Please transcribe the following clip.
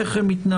איך הם מתנהלים,